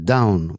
Down